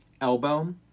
Elbow